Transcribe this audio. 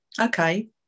Okay